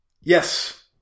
Yes